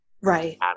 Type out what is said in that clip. Right